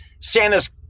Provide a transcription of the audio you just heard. Santa's